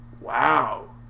Wow